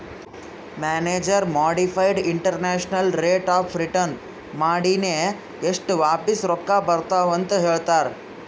manager modified internal rate of return ಮಾಡಿನೆ ಎಸ್ಟ್ ವಾಪಿಸ್ ರೊಕ್ಕಾ ಬರ್ತಾವ್ ಅಂತ್ ಹೇಳ್ತಾರ್